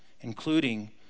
including